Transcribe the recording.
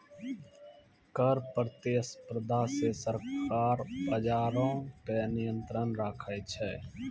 कर प्रतिस्पर्धा से सरकार बजारो पे नियंत्रण राखै छै